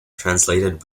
translated